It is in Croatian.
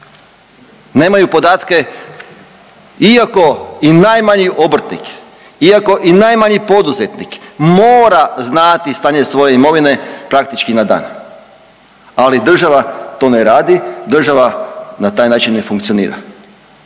Nemaju podatke iako i najmanji obrtnik, iako i najmanji poduzetnik mora znati stanje svoje imovine, praktički na dan, ali država to ne radi, država na taj način ne funkcionira